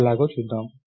ఇది ఎలాగో చూద్దాం